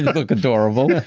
look adorable.